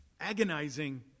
agonizing